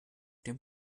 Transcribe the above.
dem